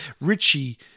Richie